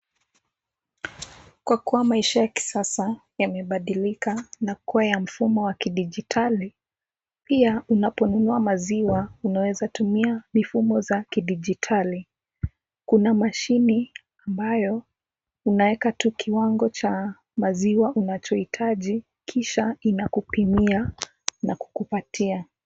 Kwa kuwa maisha ya kisasa yamebadilika na kuwa ya mfumo wa kidijitali, pia unaponunua maziwa unaweza tumia mifumo za kidijitali. Kuna mashini ambayo unaeka tu kiwango cha maziwa unachohitaji, kisha inakupimia na kukupatia.